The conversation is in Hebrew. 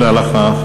תודה לך.